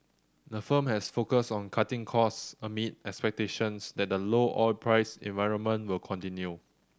the firm has focused on cutting costs amid expectations that the low oil price environment will continue